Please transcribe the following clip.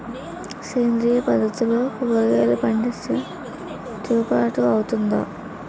సేంద్రీయ పద్దతిలో కూరగాయలు పండిస్తే కిట్టుబాటు అవుతుందా?